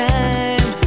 time